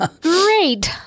Great